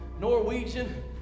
Norwegian